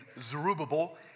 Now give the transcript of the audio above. Zerubbabel